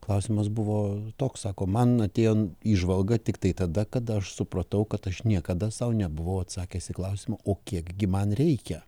klausimas buvo toks sako man atėjo įžvalga tiktai tada kada aš supratau kad aš niekada sau nebuvau atsakęs į klausimą o kiek gi man reikia